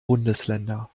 bundesländer